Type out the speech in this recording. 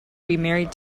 remarried